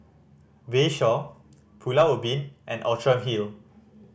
Bayshore Pulau Ubin and Outram Hill